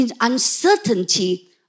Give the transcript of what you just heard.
uncertainty